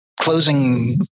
closing